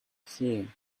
here